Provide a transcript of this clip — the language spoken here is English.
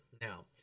now